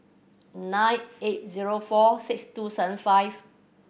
nine eight zero four six two seven five